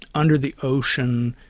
under the ocean,